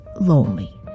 lonely